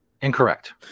Incorrect